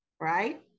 right